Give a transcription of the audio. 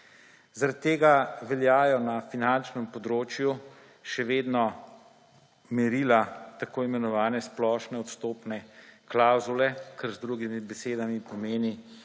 Zaradi tega veljajo na finančnem področju še vedno merila tako imenovane splošne odstopne klavzule. To z drugimi besedami pomeni,